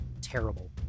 terrible